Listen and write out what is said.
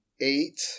eight